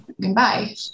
Goodbye